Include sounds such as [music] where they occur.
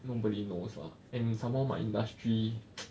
nobody knows lah and some more my industry [noise]